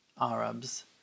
Arabs